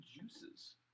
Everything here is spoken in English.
juices